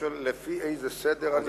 לפי איזה סדר אני עונה?